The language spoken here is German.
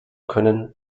können